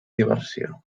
diversió